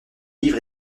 livre